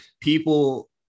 People